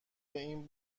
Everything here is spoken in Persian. این